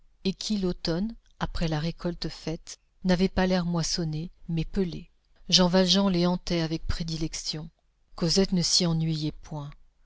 et qui l'automne après la récolte faite n'avaient pas l'air moissonnés mais pelés jean valjean les hantait avec prédilection cosette ne s'y ennuyait point